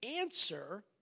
answer